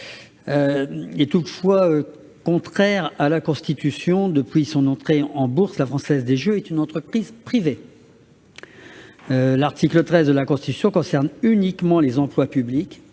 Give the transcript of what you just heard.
est contraire à la Constitution. Depuis son entrée en bourse, la Française des jeux est une entreprise privée. Or l'article 13 de la Constitution concerne uniquement les emplois publics,